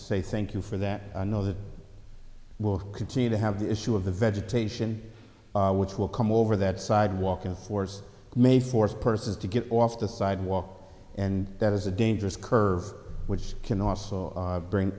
say thank you for that i know that will continue to have the issue of the vegetation which will come over that sidewalk and force may force persons to get off the sidewalk and that is a dangerous curve which can also bring